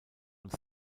und